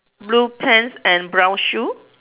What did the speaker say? blue pants and brown shoe